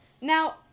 now